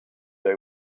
they